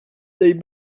they